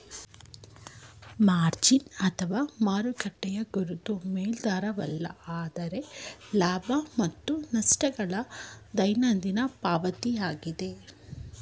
margin ಅಥವಾ ಮಾರುಕಟ್ಟೆಯ ಗುರುತು ಮೇಲಾಧಾರವಲ್ಲ ಆದ್ರೆ ಲಾಭ ಮತ್ತು ನಷ್ಟ ಗಳ ದೈನಂದಿನ ಪಾವತಿಯಾಗಿದೆ